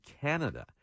Canada